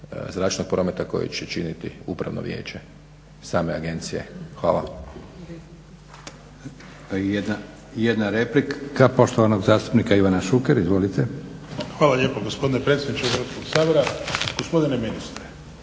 zračnog prometa koji će činiti upravno vijeće same agencije. Hvala.